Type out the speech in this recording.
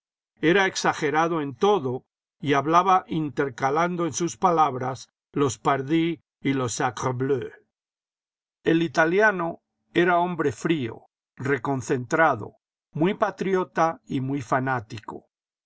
era exagerado en todo y hablaba intercalando en sus palabras los pardi y los acre el italiano era hombre frío reconcentrado muy patriota y muy fanático